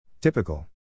Typical